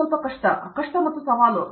ದೀಪಾ ವೆಂಕಟೇಶ್ ಕಷ್ಟ ಮತ್ತು ಸವಾಲಿನ